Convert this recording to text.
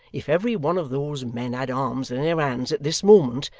if every one of those men had arms in their hands at this moment,